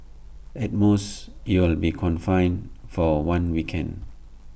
at most you'll be confined for one weekend